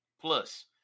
plus